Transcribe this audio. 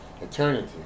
Eternity